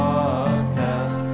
Podcast